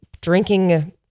drinking